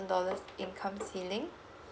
dollars income ceiling